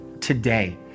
today